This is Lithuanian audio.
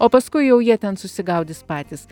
o paskui jau jie ten susigaudys patys